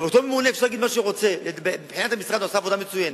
אותו ממונה, מבחינת המשרד, עושה עבודה מצוינת.